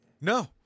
No